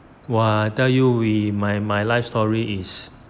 !wah! I tell you we my my life story is